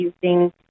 using